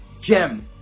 gem